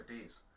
days